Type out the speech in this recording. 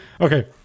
Okay